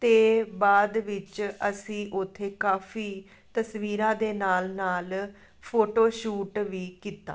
ਅਤੇ ਬਾਅਦ ਵਿੱਚ ਅਸੀਂ ਉੱਥੇ ਕਾਫੀ ਤਸਵੀਰਾਂ ਦੇ ਨਾਲ ਨਾਲ ਫੋਟੋ ਸ਼ੂਟ ਵੀ ਕੀਤਾ